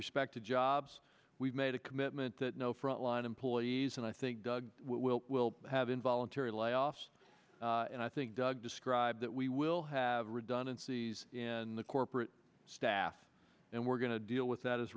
respect to jobs we've made a commitment that no front line employees and i think doug will will have involuntary layoffs and i think doug described that we will have redundancies in the corporate staff and we're going to deal with that